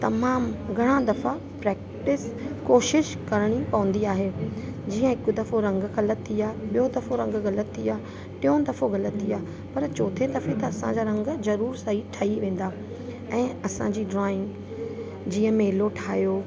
तमामु घणा दफ़ा प्रैक्टिस कोशिश करिणी पवंदी आहे जीअं हिकु दफ़ो रंग ग़लति थिया ॿियो दफ़ो रंग ग़लति थिया टियो दफ़ो ग़लति थिया पर चौथे दफ़े त असांजा रंग ज़रूरु सही ठही वेंदा ऐं असांजी ड्रॉइंग जीअं मेलो ठाहियो